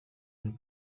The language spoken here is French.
une